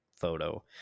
photo